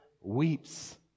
weeps